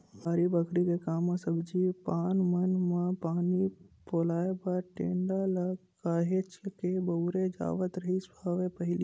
बाड़ी बखरी के काम म सब्जी पान मन म पानी पलोय बर टेंड़ा ल काहेच के बउरे जावत रिहिस हवय पहिली